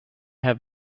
have